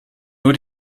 nur